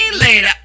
later